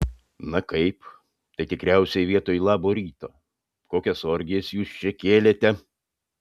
na kaip tai tikriausiai vietoj labo ryto kokias orgijas jūs čia kėlėte